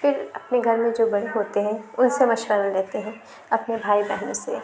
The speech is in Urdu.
پھر اپنے گھر میں جو بڑے ہوتے ہیں اُن سے مشورہ لیتے ہیں اپنے بھائی بہن سے